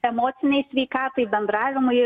emocinei sveikatai bendravimui